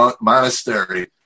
monastery